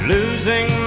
Losing